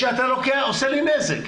אתה עושה לי נזק.